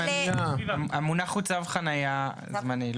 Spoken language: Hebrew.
המונח הוא צו חנייה זמני.